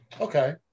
Okay